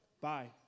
Bye